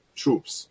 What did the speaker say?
troops